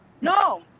no